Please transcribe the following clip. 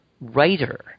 writer